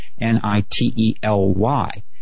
N-I-T-E-L-Y